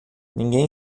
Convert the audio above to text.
ninguém